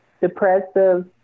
depressive